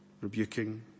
rebuking